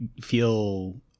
feel